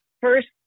first